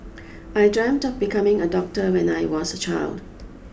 I dreamt of becoming a doctor when I was a child